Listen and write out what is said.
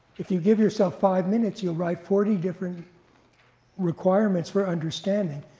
if you give yourself five minutes, you'll write forty different requirements for understanding,